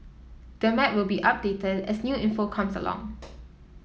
the map will be updated as new info comes along